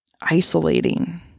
isolating